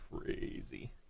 crazy